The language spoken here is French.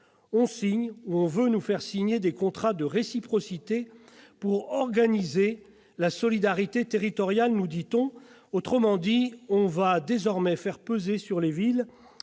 De l'autre, on veut nous faire signer des contrats de réciprocité pour organiser la « solidarité territoriale ». Autrement dit, on fait désormais peser sur les villes